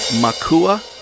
Makua